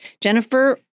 Jennifer